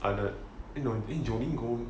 other eh no joline go